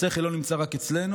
השכל לא נמצא רק אצלנו.